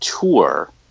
tour